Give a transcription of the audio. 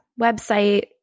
website